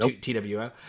TWO